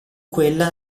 quella